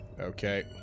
Okay